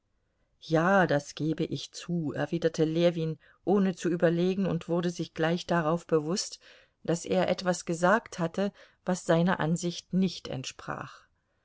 ja das gebe ich zu erwiderte ljewin ohne zu überlegen und wurde sich gleich darauf bewußt daß er etwas gesagt hatte was seiner ansicht nicht entsprach